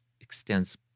extends